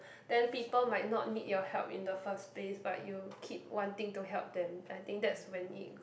then people might not need your help in the first place but you keep wanting to help them I think that's when it